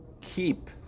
keep